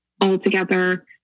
altogether